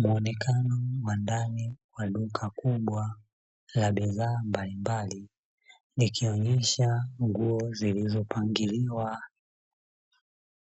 Muonekano wa ndani ya duka kubwa la bidhaa mbalimbali likionyesha nguo zilizopangiliwa